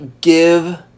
give